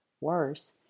Worse